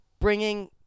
bringing